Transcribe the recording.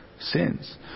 sins